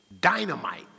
dynamite